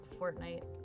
Fortnite